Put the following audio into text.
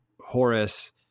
Horace